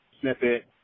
snippet